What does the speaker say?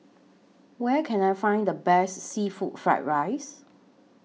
Where Can I Find The Best Seafood Fried Rice